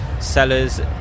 sellers